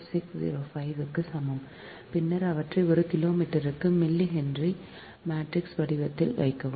4605 க்கு சமம் பின்னர் அவற்றை ஒரு கிலோமீட்டருக்கு மில்லி ஹென்றியில் மேட்ரிக்ஸ் வடிவத்தில் வைக்கவும்